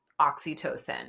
oxytocin